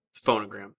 Phonogram